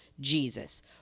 Jesus